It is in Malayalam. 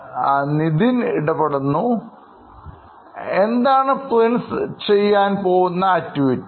Nithin എന്താണ് Princeചെയ്യാൻ പോകുന്ന ആക്ടിവിറ്റി